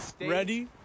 Ready